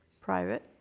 private